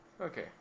Okay